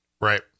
right